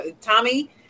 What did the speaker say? Tommy